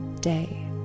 day